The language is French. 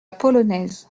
polonaise